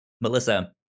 melissa